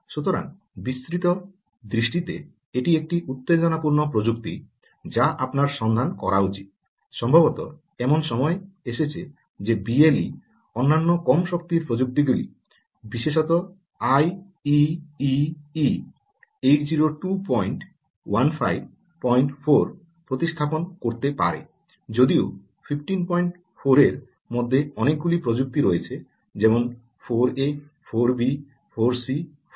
সুতরাং বিস্তৃত দৃষ্টিতে এটি একটি উত্তেজনাপূর্ণ প্রযুক্তি যা আপনার সন্ধান করা উচিত সম্ভবত এমন সময় এসেছে যে বিএলই অন্যান্য কম শক্তির প্রযুক্তিগুলি বিশেষত আইইইই 802154 প্রতিস্থাপন করতে পারে যদিও 154 এর মধ্যে অনেকগুলি প্রযুক্তি রয়েছে যেমন 4a 4b 4c 4g